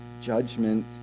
judgment